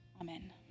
Amen